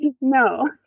no